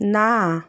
না